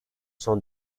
son